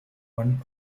one